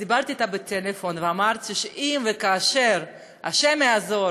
אז דיברתי אתה בטלפון ואמרתי שאם וכאשר השם יעזור